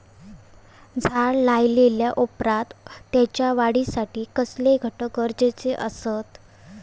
झाड लायल्या ओप्रात त्याच्या वाढीसाठी कसले घटक गरजेचे असत?